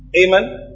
Amen